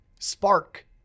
spark